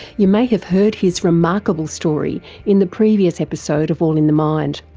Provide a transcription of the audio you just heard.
you may have heard his remarkable story in the previous episode of all in the mind.